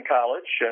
College